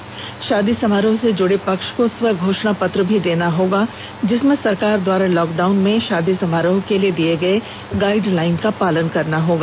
इसके लिए शादी समारोह से जुडे पक्ष को स्वघोषणा पत्र भी देना होगा जिसमें सरकार द्वारा लॉकडाउन में शादी समारोह के लिए दिए गए गाइडलाइन को मानना होगा